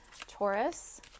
Taurus